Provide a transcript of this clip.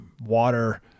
water